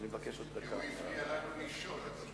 כי הוא הפריע לנו לישון.